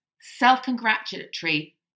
self-congratulatory